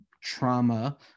trauma